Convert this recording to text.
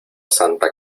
santa